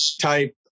type